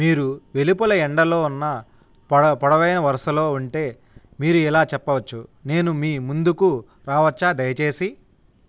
మీరు వెలుపల ఎండలో ఉన్న పొడవైన వరుసలో ఉంటే మీరు ఇలా చెప్పవచ్చు నేను మీ ముందుకు రావచ్చా దయచేసి